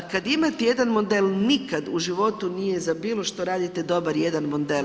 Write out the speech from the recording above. Kad imate jedan model, nikad u životu nije za bilo što radite dobar jedan model.